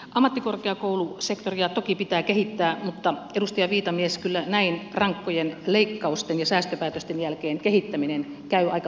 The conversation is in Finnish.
ammattikorkeakoulusektoria toki pitää kehittää mutta edustaja viitamies kyllä näin rankkojen leikkausten ja säästöpäätösten jälkeen kehittäminen käy aika mahdottomaksi